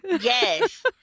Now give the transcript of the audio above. yes